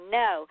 no